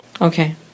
Okay